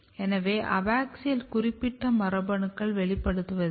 எனவே அபாக்ஸியல் குறிப்பிட்ட மரபணுக்கள் வெளிப்படுவதில்லை